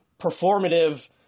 performative